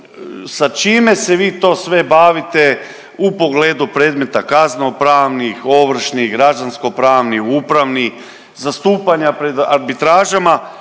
sa čime se vi to sve bavite u pogledu predmeta kazneno-pravnih, ovršnih, građansko-pravnih, upravnih, zastupanja pred arbitražama